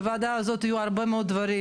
בוועדה הזאת יהיו הרבה מאוד דברים